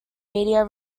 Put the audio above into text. media